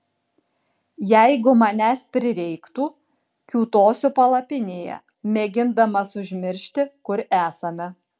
jeigu manęs prireiktų kiūtosiu palapinėje mėgindamas užmiršti kur esame